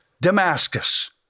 Damascus